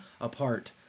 apart